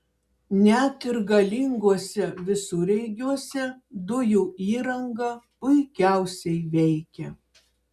net ir galinguose visureigiuose dujų įranga puikiausiai veikia